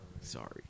Sorry